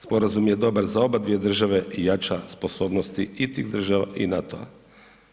Sporazum je dobar za obje države i jača sposobnosti i tih država i NATO-a.